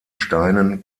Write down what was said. steinen